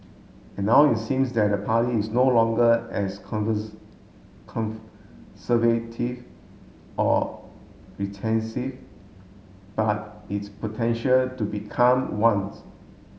and now it seems that the party is no longer as conservative or but its potential to become one